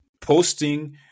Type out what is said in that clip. posting